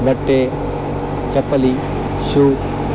ಬಟ್ಟೆ ಚಪ್ಪಲಿ ಶೂ